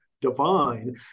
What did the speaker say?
divine